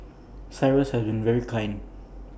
cyrus has been very kind